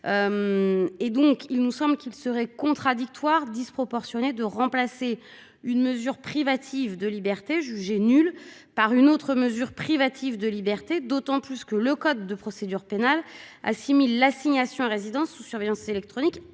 Il nous semble qu'il serait contradictoire et disproportionné de remplacer une mesure privative de liberté jugée nulle par une autre mesure privative de liberté, d'autant plus que le code de procédure pénale assimile l'assignation à résidence sous surveillance électronique